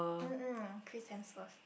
mm mm Chris-Hemsworth